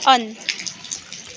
on